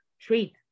treat